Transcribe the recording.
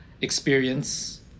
experience